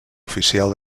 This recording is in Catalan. oficial